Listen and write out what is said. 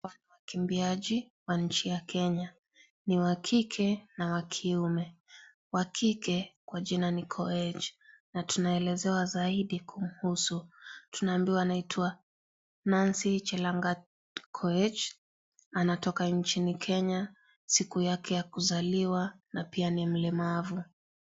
Wakimbiaji wa nchi ya Kenya. Ni wa kike na wa kiume. Wa kike kwa jina ni Koech na tunaelezewa zaidi kumhusu. Tunaambiwa anaitwa Nancy Chelangat Koech, anatoka nchini Kenya, siku yake ya kuzaliwa na pia ni mlemavu.